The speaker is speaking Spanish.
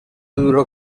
duró